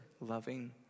loving